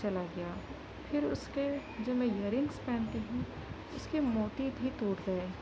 چلا گیا پھر اس کے جو میں یر رنگس پہنتی ہوں اس کے موتی بھی ٹوٹ گئے